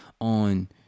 on